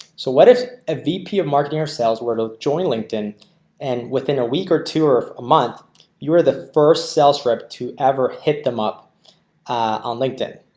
so what if ah vp of marketing or sales were to join linkedin and within a week or two or a month you are the first sales rep to ever hit them up on linkedin,